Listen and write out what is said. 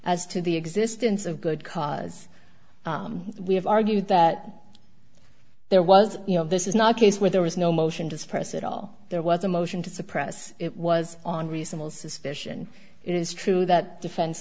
as to the existence of good cause we have argued that there was you know this is not a case where there was no motion to suppress it all there was a motion to suppress it was on reasonable suspicion is true that defense